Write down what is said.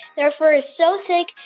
their fur is so thick,